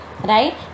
right